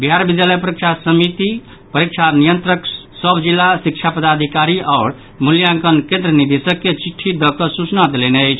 बिहार विद्यालय परीक्षा समितिक परीक्षा नियंत्रक सभ जिला शिक्षा पदाधिकारी आओर मूल्यांकन केन्द्र निदेशक के चिट्ठी दऽकऽ सूचना देलनि अछि